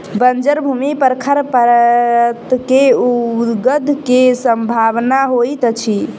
बंजर भूमि पर खरपात के ऊगय के सम्भावना होइतअछि